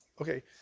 Okay